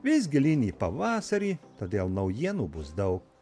vis gilyn į pavasarį todėl naujienų bus daug